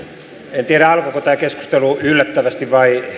en tiedä alkoiko tämä keskustelu yllättävästi vai